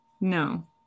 No